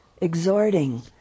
exhorting